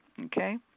Okay